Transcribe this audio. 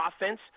offense